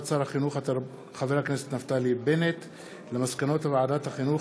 הודעת שר החינוך נפתלי בנט על מסקנות ועדת החינוך,